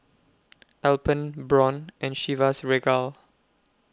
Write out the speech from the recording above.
Alpen Braun and Chivas Regal